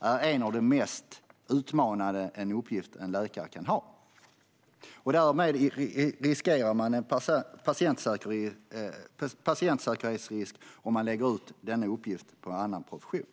är en av de mest utmanande uppgifterna för en läkare. Därmed riskerar man patientsäkerheten om man lägger ut denna uppgift på andra professioner.